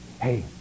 hey